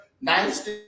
Nice